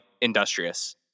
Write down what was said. industrious